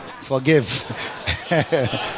forgive